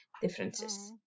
differences